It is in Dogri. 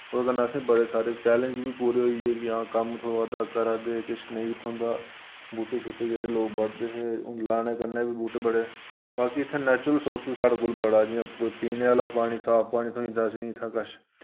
ओह्दे कन्नै असें बड़े सारे चैलेंज बी पूरे होई गे कि हां कम्म थ्होआ दा करा दे किश नेईं बी थ्होंदा बूह्टे शूह्टे जेह्ड़े लोक बढदे हे हुन लाने कन्नै बी बूह्टे बड़े बाकी इत्थै नैचुरल सोर्स बी साढ़े कोल बड़ा जि'यां कोई पीने आह्ला पानी साफ पानी थोइंदा असेईं इत्थें कच्छ